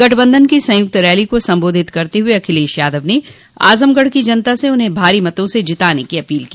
गठबंधन की संयुक्त रैली को संबोधित करते हुए अखिलेश यादव ने आजमगढ़ की जनता से उन्हें भारी मतों से जिताने की अपील की